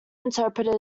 interpreted